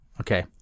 Okay